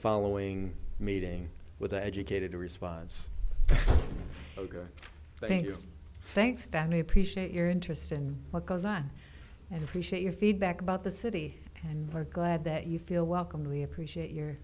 following meeting with the educated response thanks thanks danny appreciate your interest in what goes on and appreciate your feedback about the city and are glad that you feel welcome we appreciate your